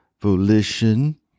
volition